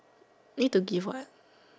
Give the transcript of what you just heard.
need to give what